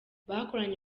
bakoranye